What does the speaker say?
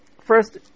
First